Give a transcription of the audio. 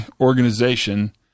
organization